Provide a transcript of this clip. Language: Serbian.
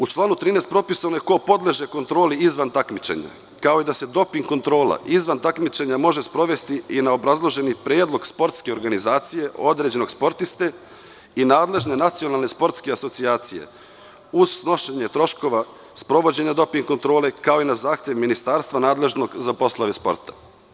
U članu 13. propisano je ko podleže kontroli izvan takmičenja, kao i da se doping kontrola izvan takmičenja može sprovesti i na obrazloženi predlog sportske organizacije određenog sportiste i nadležne nacionalne sportske asocijacije, uz snošenje troškova sprovođenja doping kontrole, kao i na zahtev ministarstva nadležnog za poslove sporta.